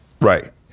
Right